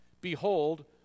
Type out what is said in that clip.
Behold